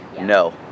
no